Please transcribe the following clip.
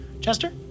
Chester